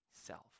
self